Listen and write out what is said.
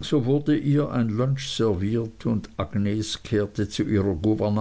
so wurde ihr ein lunch serviert und agnes kehrte zu ihrer